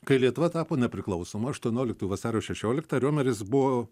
kai lietuva tapo nepriklausoma aštuonioliktų vasario šešioliktą riomeris buvo